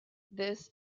this